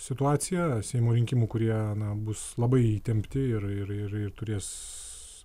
situacija seimo rinkimų kurie na bus labai įtempti ir ir ir ir turės